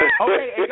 Okay